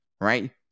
right